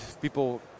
people